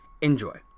Enjoy